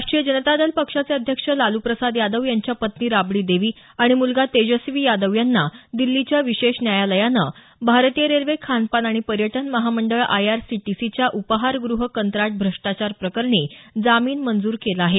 राष्ट्रीय जनता दल पक्षाचे अध्यक्ष लालू प्रसाद यादव यांच्या पत्नी राबडी देवी आणि मुलगा तेजस्वी यादव यांना दिल्लीच्या विशेष न्यायालयानं भारतीय रेल्वे खानपान आणि पर्यटन महामंडळ आयआरसीटीसीच्या उपहारगृह कंत्राट भ्रष्टाचार प्रकरणी जामीन मंजुर केला आहे